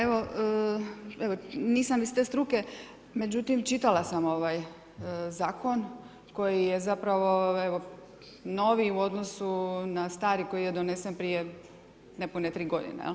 Evo, nisam iz te struke, međutim čitala sam ovaj zakon koji je zapravo, evo novi u odnosu na stari koji je donesen prije nepune 3 godine.